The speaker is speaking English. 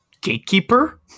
gatekeeper